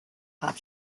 hop